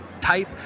type